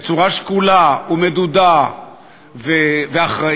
בצורה שקולה, מדודה ואחראית,